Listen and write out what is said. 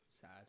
sad